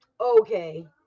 okay